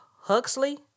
Huxley